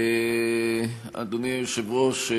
אדוני היושב-ראש,